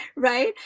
Right